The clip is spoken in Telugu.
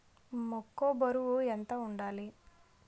మొక్కొ బరువు ఎంత వుండాలి?